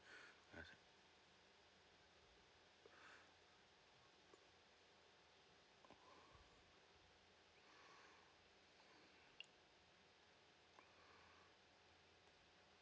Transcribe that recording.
understand